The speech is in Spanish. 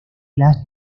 las